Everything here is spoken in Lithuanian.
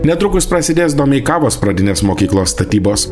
netrukus prasidės domeikavos pradinės mokyklos statybos